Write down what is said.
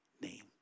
name